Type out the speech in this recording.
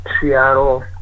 Seattle